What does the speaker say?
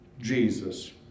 Jesus